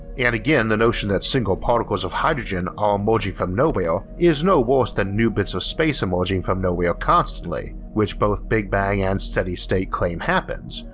and again the notion that single particles of hydrogen are emerging from nowhere is no worse than new bits of space emerging from nowhere constantly, which both big bang and steady state claim happens,